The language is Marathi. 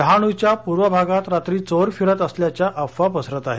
डहाणूच्या पूर्व भागात रात्री चोर फिरत असल्याच्या अफवा पसरत आहेत